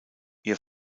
ihr